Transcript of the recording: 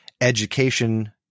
Education